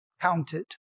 counted